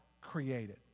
created